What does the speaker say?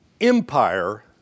Empire